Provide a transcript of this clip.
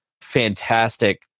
Fantastic